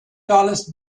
tallest